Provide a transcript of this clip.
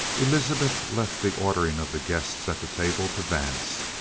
elizabeth left the ordering of the guests at the table to vance,